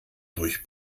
durch